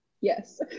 Yes